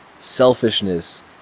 selfishness